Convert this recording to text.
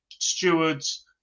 stewards